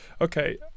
Okay